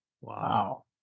Wow